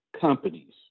companies